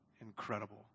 incredible